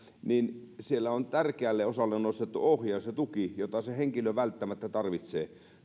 on tärkeälle osalle nostettu ohjaus ja tuki joita se henkilö välttämättä tarvitsee